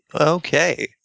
Okay